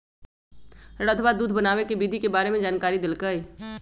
रधवा दूध बनावे के विधि के बारे में जानकारी देलकई